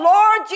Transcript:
Lord